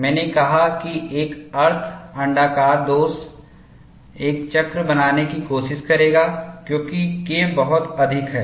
मैंने कहा कि एक अर्ध अण्डाकार दोष एक चक्र बनने की कोशिश करेगा क्योंकि K बहुत अधिक है